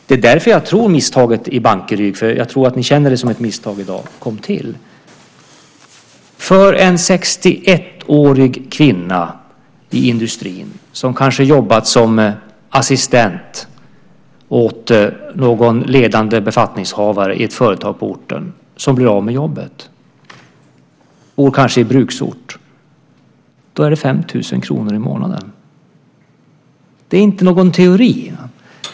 Det är därför som jag tror att misstaget i Bankeryd, för jag tror att ni känner det som ett misstag i dag, kom till. För en 61-årig kvinna i industrin som blir av med jobbet - hon kanske har jobbat som assistent åt någon ledande befattningshavare i ett företag på orten och bor i bruksort - blir det 5 000 kr i månaden. Det är inte någon teori.